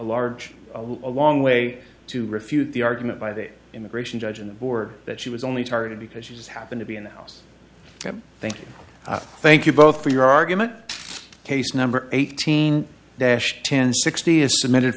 large a long way to refute the argument by the immigration judge in the board that she was only targeted because she does happen to be in the house thank you thank you both for your argument case number eighteen dash ten sixty is submitted